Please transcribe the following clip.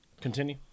Continue